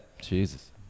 Jesus